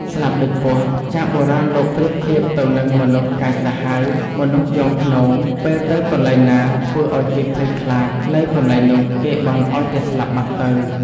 ស្លាប់ដូចពស់ ចាស់បុរាណលោកប្រៀបធៀបទៅនឹង មនុស្សកាចសាហាវ មនុស្សយង់ឃ្នង ពេលទៅកន្លែងណាធ្វើឲ្យគេភ័យខ្លាចនៅកន្លែងនោះ គេបន់ឲ្យតែស្លាប់បាត់ទៅ។